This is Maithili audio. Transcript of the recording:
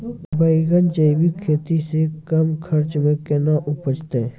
बैंगन जैविक खेती से कम खर्च मे कैना उपजते?